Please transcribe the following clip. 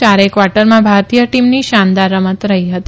યારેથ કવાર્ટરમાં ભારતીય ટીમની શાનદાર રમત રહી હતી